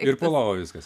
ir po lova viskas